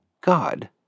God